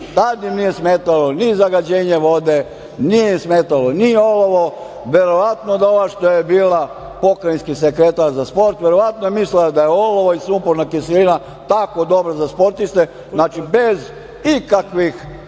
im nije smetalo ni zagađenje vode, nije im smetalo ni olovo. Verovatno da ova što je bila pokrajinski sekretar za sport, verovatno je mislila da je olovo i sumporna kiselina tako dobra za sportiste, znači bez ikakvih